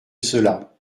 cela